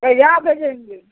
कहिआ भेजै छिए